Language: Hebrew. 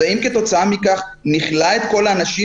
אז האם כתוצאה מכך נכלא את כל האנשים,